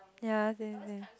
ya same same